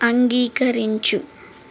అంగీకరించు